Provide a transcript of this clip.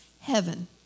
Heaven